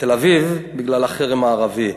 בתל-אביב, בגלל החרם הערבי.